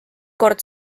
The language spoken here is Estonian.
kord